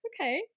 okay